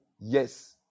Yes